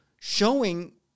showing